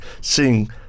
seeing